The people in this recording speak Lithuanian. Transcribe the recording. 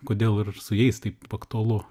kodėl ir su jais taip aktualu